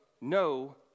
no